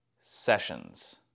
sessions